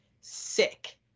sick